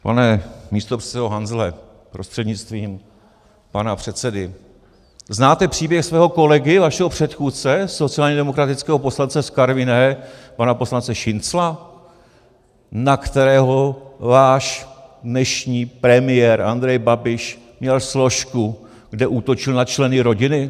Pane místopředsedo Hanzele prostřednictvím pana předsedy, znáte příběh svého kolegy, vašeho předchůdce, sociálně demokratického poslance z Karviné, pana poslance Šincla, na kterého váš dnešní premiér Andrej Babiš měl složku, kde útočil na členy rodiny?